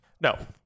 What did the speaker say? no